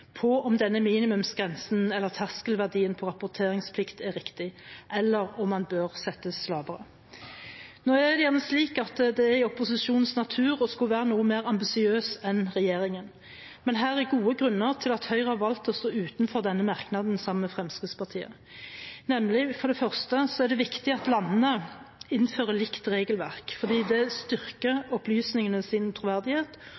på rapporteringsplikt er riktig, eller om den bør settes lavere. Nå er det gjerne slik at det er i opposisjonens natur å skulle være noe mer ambisiøs enn regjeringen, men det er gode grunner til at Høyre har valgt å stå utenfor denne merknaden sammen med Fremskrittspartiet. For det første er det viktig at landene innfører likt regelverk, fordi det